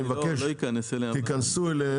אני מבקש: תיכנסו אליהם,